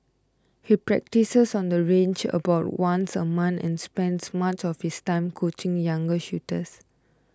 he practises on the range about once a month and spends much of his time coaching younger shooters